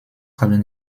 haben